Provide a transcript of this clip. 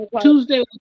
Tuesday